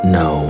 no